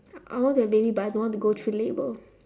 I want to have baby but I don't want to go through labour